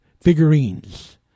figurines